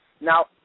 Now